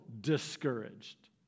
discouraged